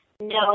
no